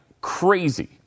crazy